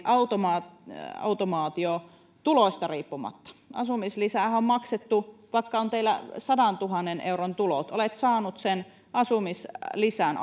automaatio automaatio tuloista riippumaton asumislisäähän on maksettu vaikka olisi sadantuhannen euron tulot sen asumislisän